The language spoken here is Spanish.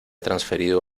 transferido